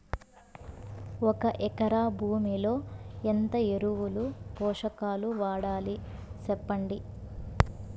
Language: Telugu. ఒక ఎకరా భూమిలో ఎంత ఎరువులు, పోషకాలు వాడాలి సెప్పండి?